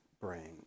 brain